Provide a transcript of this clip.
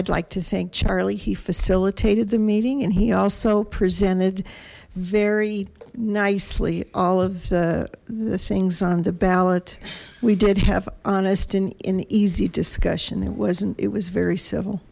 i'd like to thank charlie he facilitated the meeting and he also presented very nicely all of the things on the ballot we did have honest an easy discussion it wasn't it was very civil